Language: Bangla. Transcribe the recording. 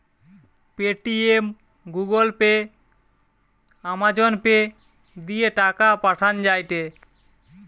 Paytm, Google Pay, Amazon Pay দিয়ে টাকা পাঠান যায়টে